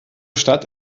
stadt